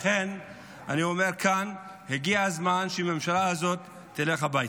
לכן אני אומר כאן: הגיע הזמן שהממשלה הזאת תלך הביתה.